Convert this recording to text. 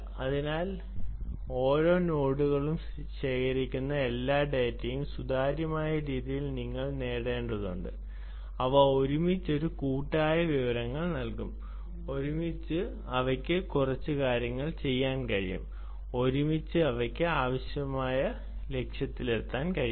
അതിനാൽ ഈ ഓരോ നോഡുകളും ശേഖരിക്കുന്ന എല്ലാ ഡാറ്റയും സുതാര്യമായ രീതിയിൽ നിങ്ങൾ നേടേണ്ടതുണ്ട് അവ ഒരുമിച്ച് ഒരു കൂട്ടായ വിവരങ്ങൾ നൽകും ഒരുമിച്ച് അവർക്ക് കുറച്ച് കാര്യങ്ങൾ ചെയ്യാൻ കഴിയും ഒരുമിച്ച് അവർക്ക് ആവശ്യമായ ലക്ഷ്യത്തിലെത്താൻ കഴിയും